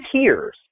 tears